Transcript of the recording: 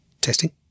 Testing